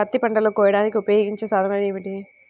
పత్తి పంటలను కోయడానికి ఉపయోగించే సాధనాలు ఏమిటీ?